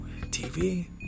TV